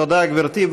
תודה, גברתי.